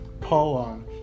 poem